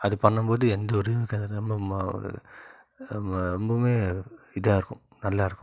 அது பண்ணும்போது எந்த ஒரு ரொம்பவுமே இதாயிருக்கும் நல்லாயிருக்கும்